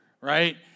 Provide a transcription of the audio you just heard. right